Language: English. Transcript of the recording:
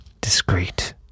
discreet